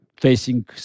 facing